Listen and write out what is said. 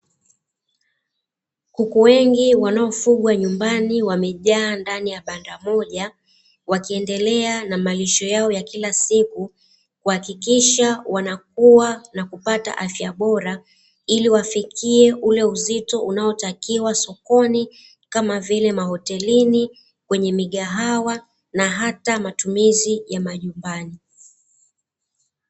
Kuku wengi wanaofugwa nyumbani wamejaa ndani ya banda moja wakiendelea na malisho yao ya kila siku, kuhakikisha wanakua na kupata afya bora ili wafikie ule uzito unaotakiwa sokoni; kama vile mahotelini, kwenye migahawa, na hata matumizi ya majumbani.